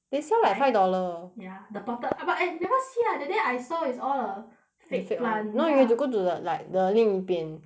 they sell like five five dollar ya the potted but I never see lah that day I saw it's all the fake [one] fake plant ya no you have to go to the like the 另一边